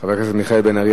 חבר הכנסת מיכאל בן-ארי,